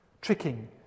Tricking